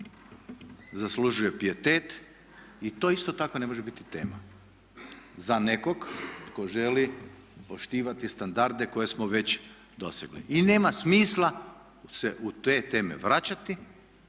zaslužuje pijetet i to isto tako ne može biti tema za nekog tko želi poštivati standarde koje smo već dosegli. I nema smisla se u te teme vraćati